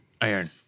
Iron